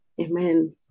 amen